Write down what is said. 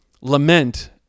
Lament